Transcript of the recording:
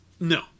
No